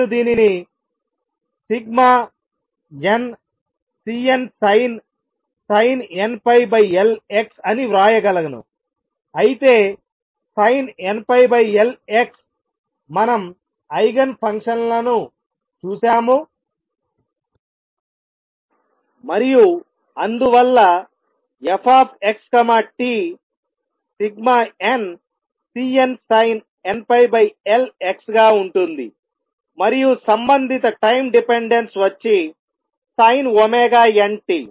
నేను దీనిని nCnsin nπLx అని వ్రాయగలనుఅయితే sin nπLx మనం ఐగెన్ ఫంక్షన్లను చూశాము మరియు అందువల్ల f x t nCnsin nπLx గా ఉంటుంది మరియు సంబంధిత టైం డిపెండెన్స్ వచ్చి sinnt